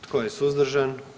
Tko je suzdržan?